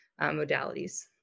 modalities